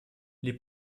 les